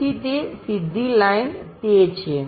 તેથી તે સીધી લાઈન તે છે